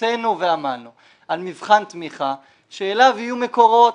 הוצאנו ועמלנו על מבחן תמיכה שאליו יהיו מקורות.